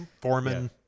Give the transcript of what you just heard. Foreman